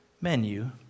menu